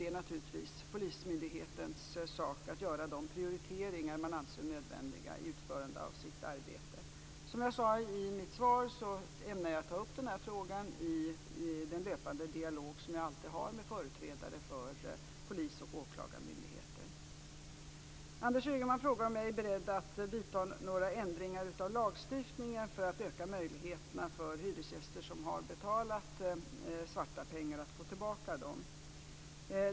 Det är polismyndighetens sak att göra de prioriteringar som anses nödvändiga för att utöva de polisiära insatserna. Som jag sade i mitt svar ämnar jag ta upp frågan i den löpande dialog jag alltid har med företrädare för polis och åklagarmyndigheter. Anders Ygeman frågar om jag är beredd att föreslå ändringar i lagstiftningen för att öka möjligheterna för hyresgäster att få tillbaka svarta pengar.